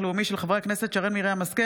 בהצעתם של חברי הכנסת שרן מרים השכל,